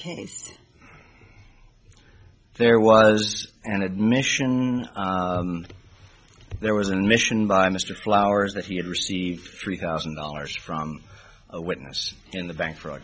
case there was an admission there was an admission by mr flowers that he had received three thousand dollars from a witness in the bank fraud